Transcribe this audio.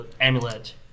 amulet